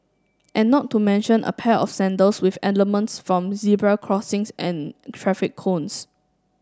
and not to mention a pair of sandals with elements from zebra crossings and traffic cones